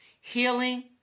Healing